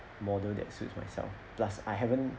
model that suits myself plus I haven't